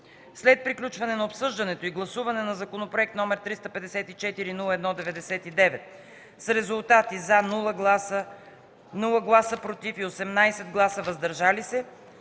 След приключване на обсъждането и гласуване на Законопроект № 354-01-99 с резултати: „за” – 0 гласа, 0 гласа „против” и 18 гласа „въздържали се”,